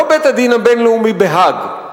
לא בית-הדין הבין-לאומי בהאג,